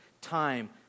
time